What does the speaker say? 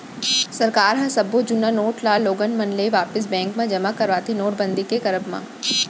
सरकार ह सब्बो जुन्ना नोट ल लोगन मन ले वापिस बेंक म जमा करवाथे नोटबंदी के करब म